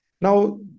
Now